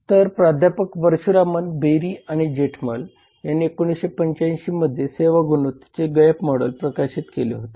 तर प्राध्यापक परशुरामन बेरी आणि जेठमल यांनी 1985 मध्ये सेवा गुणवत्तेचे गॅप मॉडेल प्रकाशित केले होते